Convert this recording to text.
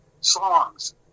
songs